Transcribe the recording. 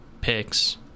picks